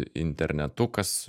internetu kas